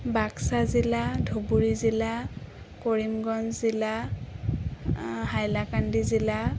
বাক্সা জিলা ধুবুৰী জিলা কৰিমগঞ্জ জিলা হাইলাকান্দি জিলা